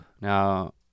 now